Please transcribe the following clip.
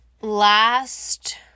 last